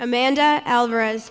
amanda alvarez